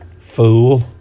Fool